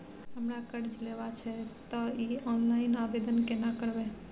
हमरा कर्ज लेबा छै त इ ऑनलाइन आवेदन केना करबै?